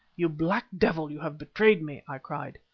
you black devil, you have betrayed me! i cried.